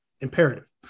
Imperative